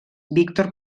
víctor